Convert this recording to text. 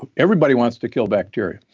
everybody wants to kill bacteria